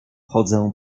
chodzę